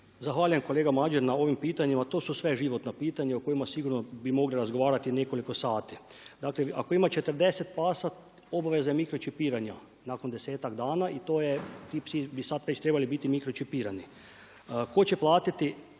Zahvaljujem kolega Madjer na ovim pitanjima. To su sve životna pitanja o kojima sigurno bi mogli razgovarati nekoliko sati. Dakle, ako ima 40 pasa, obaveza je mikročipiranja nakon 10-tak dana i to je, ti psi bi sad već trebali biti mikročipirani. Tko će platiti,